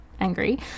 angry